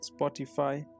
Spotify